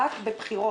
הגנה על סייבר,